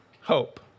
Hope